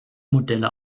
modelle